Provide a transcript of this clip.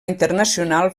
internacional